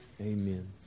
Amen